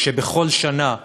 שבכל שנה,